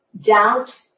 doubt